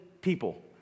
people